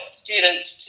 students